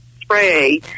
spray